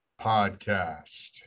Podcast